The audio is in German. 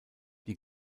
die